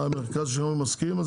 המרכז לשלטון האזורי מסכים,